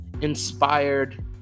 inspired